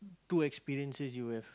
two experiences you have